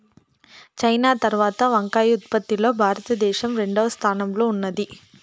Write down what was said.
China తరవాత వంకాయ ఉత్పత్తి లో భారత దేశం రెండవ స్థానం లో ఉన్నాది